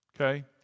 okay